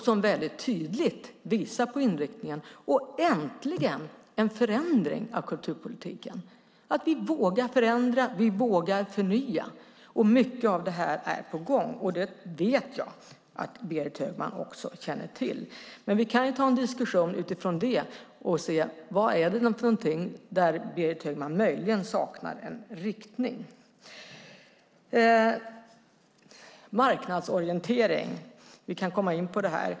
Den visar tydligt inriktningen och äntligen en förändring av kulturpolitiken. Vi ska våga förändra och förnya. Mycket av detta är på gång. Det vet jag att Berit Högman också känner till. Vi kan ta en diskussion utifrån det och se var det är som Berit Högman möjligen saknar en riktning. Marknadsorientering - vi kan komma in på det här.